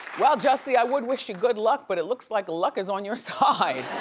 well jussie i would wish you good luck but it looks like luck is on your side.